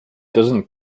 doesn’t